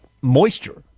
Moisture